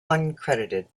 uncredited